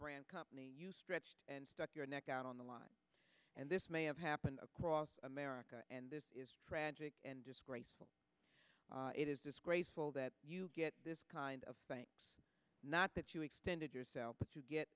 brand company you stretched and stuck your neck out on the line and this may have happened across america and this is tragic and disgraceful it is disgraceful that you get this kind of thing not that you extended yourself but to get